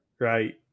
Right